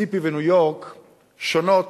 מיסיסיפי וניו-יורק שונות,